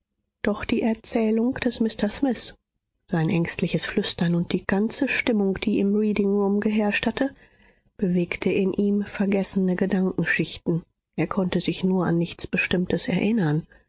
doch die erzählung des mr smith sein ängstliches flüstern und die ganze stimmung die im reading room geherrscht hatte bewegte in ihm vergessene gedankenschichten er konnte sich nur an nichts bestimmtes erinnern